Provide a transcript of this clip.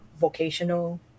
vocational